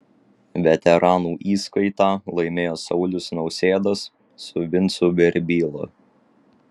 veteranų įskaitą laimėjo saulius nausėdas su vincu verbyla